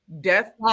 death